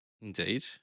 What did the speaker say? Indeed